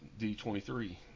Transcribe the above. D23